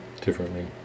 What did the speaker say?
differently